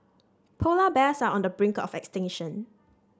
polar bears are on the brink of extinction